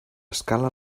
escala